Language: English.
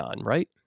right